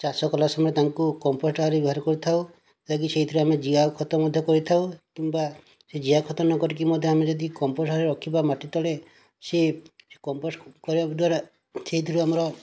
ଚାଷ କଲା ସମୟରେ ତାଙ୍କୁ କମ୍ପୋଷ୍ଟ ଭାବରେ ବ୍ୟବହାର କରିଥାଉ ଯେଉଁଟାକି ସେହିଥିରେ ଆମେ ଜିଆ ଖତ ମଧ୍ୟ କରିଥାଉ କିମ୍ବା ସେ ଜିଆ ଖତ ନ କରିକି ମଧ୍ୟ ଆମେ ଯଦି କମ୍ପୋଷ୍ଟ ଭାବରେ ରଖିବା ମାଟି ତଳେ ସିଏ କମ୍ପୋଷ୍ଟ କରିବା ଦ୍ୱାରା ସେଥିରୁ ଆମର